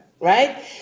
Right